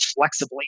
flexibly